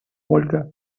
ольга